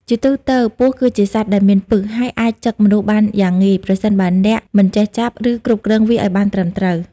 ជាទូទៅពស់គឺជាសត្វដែលមានពិស ហើយអាចចឹកមនុស្សបានយ៉ាងងាយ ប្រសិនបើអ្នកមិនចេះចាប់ ឬគ្រប់គ្រងវាឱ្យបានត្រឹមត្រូវ។